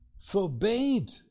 forbade